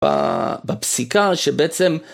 בפסיקה שבעצם...